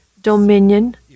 dominion